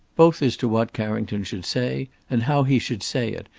both as to what carrington should say and how he should say it,